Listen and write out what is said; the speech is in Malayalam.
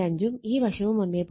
5 ഉം ഈ വശവും 1